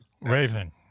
Raven